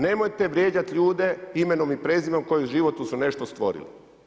Nemojte vrijeđati ljude imenom i prezimenom koji u životu su nešto stvorili.